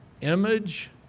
image